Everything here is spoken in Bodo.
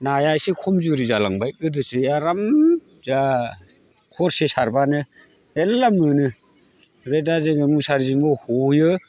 नाया एसे खमजुरि जालांबाय गोदोसो आराम जा खरसे सारब्लानो मेरला मोनो ओमफ्राय दा जोङो मुसारिजोंबो हयो